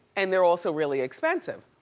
and they're also really expensive.